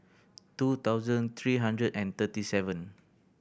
two thoudand three hundred and thirty seven